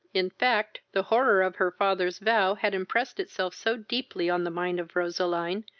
in fact, the horror of her father's vow had impressed itself so deeply on the mind of roseline,